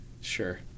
Sure